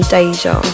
Deja